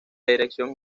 dirección